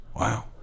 Wow